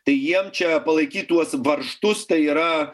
tai jiem čia palaikyt tuos varžtus tai yra